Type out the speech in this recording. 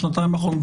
בשנתיים האחרונות?